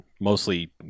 Mostly